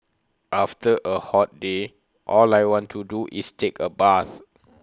after A hot day all I want to do is take A bath